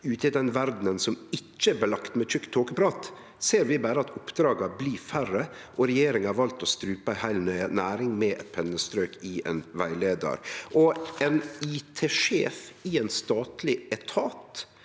Ute i den verda som ikkje er belagt med tjukk tåkeprat, ser vi berre at oppdraga blir færre, og regjeringa har valt å strupe ei heil næring med eit pennestrøk i ein rettleiar. Ein IT-sjef i ein statleg etat,